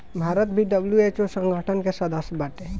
भारत भी डब्ल्यू.एच.ओ संगठन के सदस्य बाटे